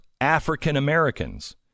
African-Americans